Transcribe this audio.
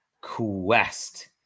Quest